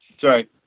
Sorry